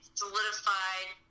solidified